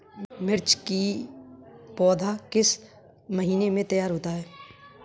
मिर्च की पौधा किस महीने में तैयार होता है?